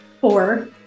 Four